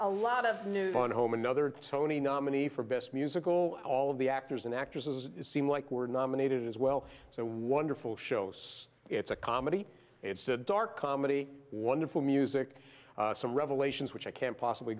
a lot of us news on home another tony nominee for best musical all of the actors and actresses seem like we're nominated as well so wonderful shows it's a comedy it's a dark comedy wonderful music some revelations which i can't possibly